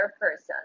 person